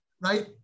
right